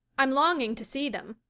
i'm longing to see them,